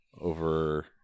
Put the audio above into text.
over